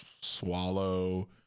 Swallow